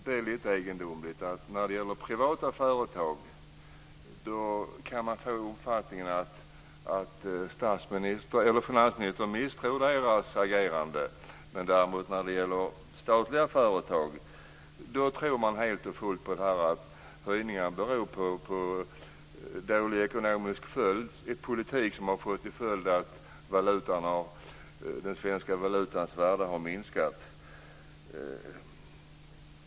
Det är lite egendomligt att man kan få uppfattningen att finansministern misstror privata företags agerande, men att han däremot när det gäller statliga företag tror helt och fullt att höjningen beror på dålig ekonomisk politik som har fått till följd att den svenska valutans värde har minskat.